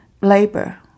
labor